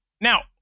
Now